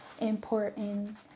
important